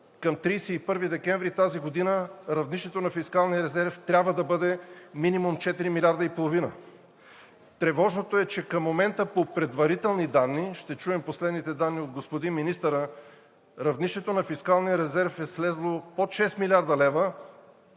към 31 декември тази година равнището на фискалния резерв трябва да бъде минимум четири милиарда и половина. Тревожното е, че към момента по предварителни данни, ще чуем последните данни от господин Министъра, равнището на фискалния резерв е слязло под 6 млрд. лв.,